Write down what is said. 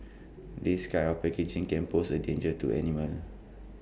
this kind of packaging can pose A danger to animals